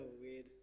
weird